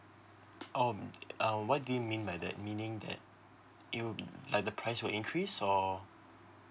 oh um what do you mean by that meaning that it will like the price will increase or